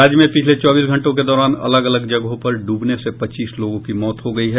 राज्य में पिछले चौबीस घंटों के दोरान अलग अलग जगहों पर ड्रबने से पच्चीस लोगों की मौत हो गयी है